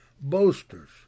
boasters